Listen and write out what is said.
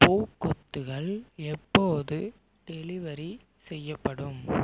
பூக்கொத்துகள் எப்போது டெலிவரி செய்யப்படும்